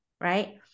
right